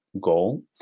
goal